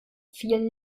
vielen